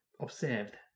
observed